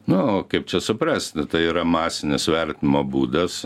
nu kaip čia suprast nu tai yra masinis vertinimo būdas